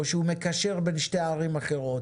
או שהוא מקשר בין שתי ערים אחרות,